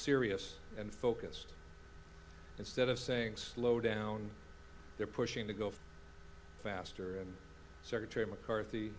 serious and focused instead of saying slow down they're pushing to go faster and secretary mccarthy